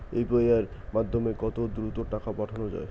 UPI এর মাধ্যমে কত দ্রুত টাকা পাঠানো যায়?